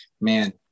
man